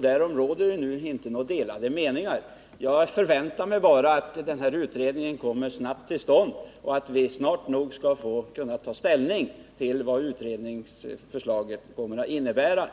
Därom råder nu inga delade meningar. Jag förväntar mig bara att denna utredning kommer snabbt till stånd och att vi snart nog skall kunna ta ställning till vad utredningsförslaget kommer att innebära.